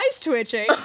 twitching